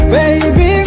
Baby